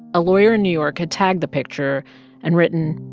a lawyer in new york had tagged the picture and written,